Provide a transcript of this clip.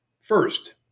First